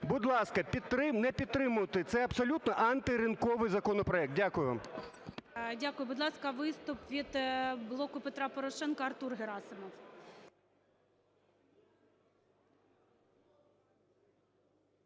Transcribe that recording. будь ласка, не підтримуйте, це абсолютно антиринковий законопроект. Дякую. ГОЛОВУЮЧИЙ. Дякую. Будь ласка, виступ від "Блоку Петра Порошенка" Артур Герасимов.